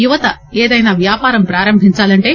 యువత ఏదైనా వ్యాపారం ప్రారంభించాలంటే